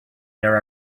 there